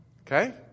Okay